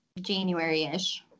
January-ish